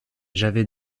j’avais